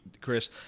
Chris